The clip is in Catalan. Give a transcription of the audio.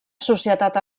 societat